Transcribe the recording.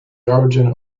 origin